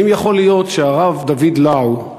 האם יכול להיות שהרב דוד לאו,